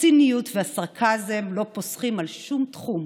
הציניות והסרקזם לא פוסחים על שום תחום,